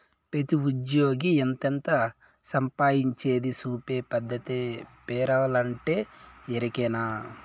పెతీ ఉజ్జ్యోగి ఎంతెంత సంపాయించేది సూపే పద్దతే పేరోలంటే, ఎరికనా